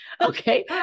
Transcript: Okay